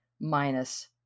minus